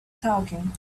talking